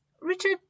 Richard